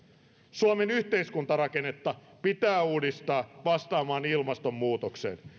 suomen yhteiskuntarakennetta pitää uudistaa vastaamaan ilmastonmuutokseen